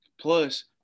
Plus